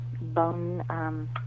bone